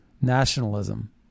nationalism